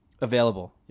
available